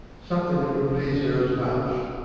something that would please her as much.